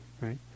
right